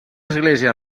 església